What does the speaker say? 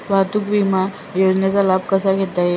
वाहतूक विमा योजनेचा लाभ कसा घेता येईल?